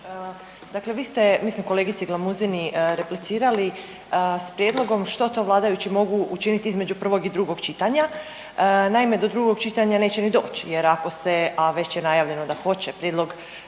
Dakle, vi ste mislim kolegici Glamuzini replicirali s prijedlogom što to vladajući mogu učiniti između prvog i drugog čitanja. Naime, do drugog čitanja neće ni doći, jer ako se, a već je najavljeno da hoće prijedlog